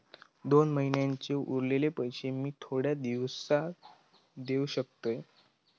दोन महिन्यांचे उरलेले पैशे मी थोड्या दिवसा देव शकतय?